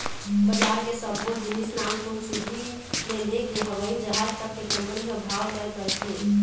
बजार के सब्बो जिनिस नानकुन सूजी ले लेके हवई जहाज तक के कंपनी ह भाव तय करथे